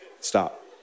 Stop